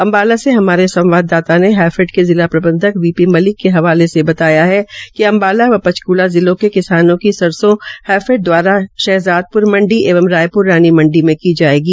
अम्बाला से हमारे संवाददाता ने बताया है कि हैफेड के जिला प्रबंधक वी पी मलिक के हवाले से बताया कि अम्बाला व ांचकुला जिलों के किसानों को सरसो हैफेड द्वारा शाहजाद ़्र एंव रायप्र रानी मंडी में जायेगी